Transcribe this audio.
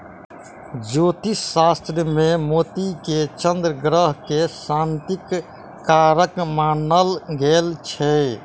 ज्योतिष शास्त्र मे मोती के चन्द्र ग्रह के शांतिक कारक मानल गेल छै